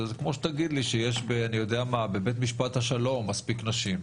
זה כמו שתגיד לי שיש בבית משפט השלום מספיק נשים,